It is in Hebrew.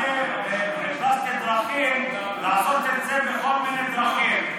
אני חיפשתי דרכים לעשות את זה בכל מיני דרכים.